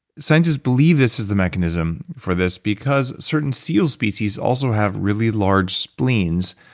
scientists believe this is the mechanism for this because certain seal species also have really large spleens,